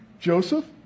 Joseph